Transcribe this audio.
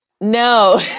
No